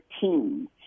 team